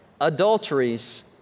adulteries